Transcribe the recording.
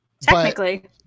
technically